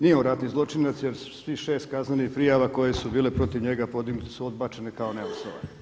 Nije on ratni zločinac jer svih šest kaznenih prijava koje su bile protiv njega podignute su odbačene kao neosnovane.